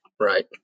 Right